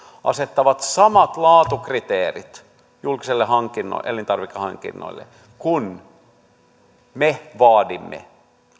asettavat samat laatukriteerit julkisille elintarvikehankinnoille kuin mitä me vaadimme